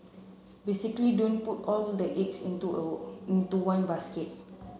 basically don't put all the eggs into into one basket